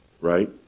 right